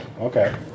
okay